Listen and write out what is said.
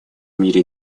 мире